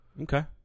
Okay